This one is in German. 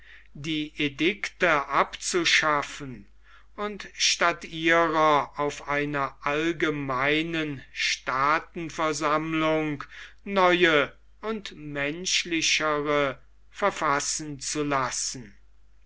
die edikte abzuschaffen und statt ihrer auf einer allgemeinen staatenversammlung neue und menschlichere verfassen zu lassen